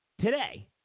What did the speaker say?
Today